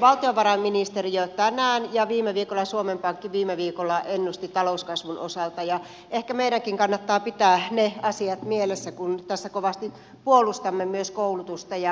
valtiovarainministeriö tänään ja suomen pankki viime viikolla ennustivat talouskasvun osalta ja ehkä meidänkin kannattaa pitää ne asiat mielessä kun tässä kovasti puolustamme myös koulutusta ja koulutuksen rahoja